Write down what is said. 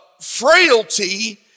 frailty